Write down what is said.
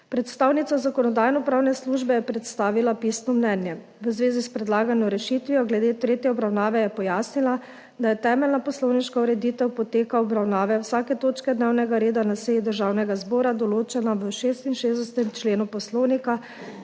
Predstavnica Zakonodajno-pravne službe je predstavila pisno mnenje. V zvezi s predlagano rešitvijo glede tretje obravnave je pojasnila, da je temeljna poslovniška ureditev poteka obravnave vsake točke dnevnega reda na seji Državnega zbora določena v 66. členu Poslovnika,